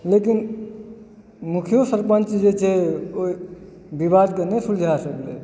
लेकिन मुखियो सरपञ्च जे छै ओहि विवादकेनहि सुलझाए सकलै